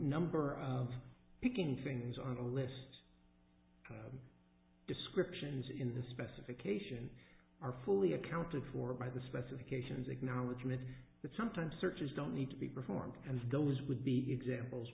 number of picking things on the list descriptions in the specification are fully accounted for by the specifications acknowledgement that sometimes searches don't need to be performed because those would be examples